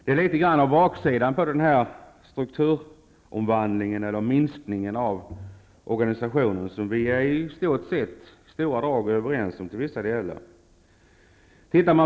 Det är baksidan på strukturomvandlingen eller minskningen av organisationen som vi i stora drag är överens om.